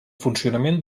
funcionament